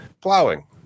plowing